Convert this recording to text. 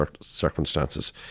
circumstances